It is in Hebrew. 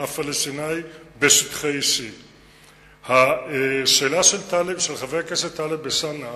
הפלסטיני בשטחי C. השאלה של חבר הכנסת טלב אלסאנע,